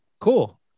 Cool